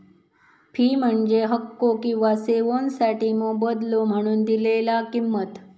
fee म्हणजे हक्को किंवा सेवोंसाठी मोबदलो म्हणून दिलेला किंमत